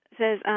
says